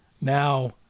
Now